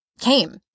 came